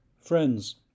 friends